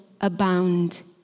abound